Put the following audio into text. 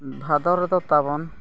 ᱵᱷᱟᱫᱚᱨ ᱨᱮᱫᱚ ᱛᱟᱵᱚᱱ